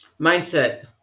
Mindset